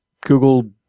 Google